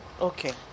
Okay